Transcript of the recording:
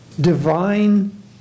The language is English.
divine